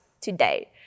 today